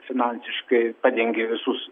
finansiškai padengė visus